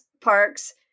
parks